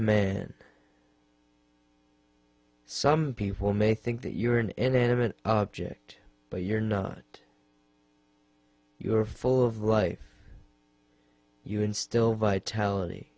man some people may think that you're an inanimate object but you're not you are full of life you can still vitality